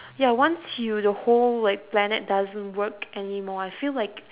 ya once you the whole like planet doesn't work anymore I feel like